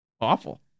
Awful